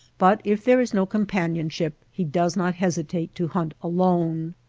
but if there is no companionship he does not hesitate to hunt alone.